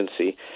agency